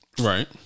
Right